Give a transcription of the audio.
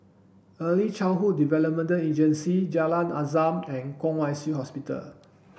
Early Childhood Development Agency Jalan Azam and Kwong Wai Shiu Hospital